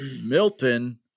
Milton